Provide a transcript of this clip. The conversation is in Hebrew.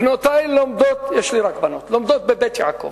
בנותי לומדות, יש לי רק בנות, ב"בית יעקב",